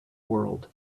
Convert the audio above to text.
world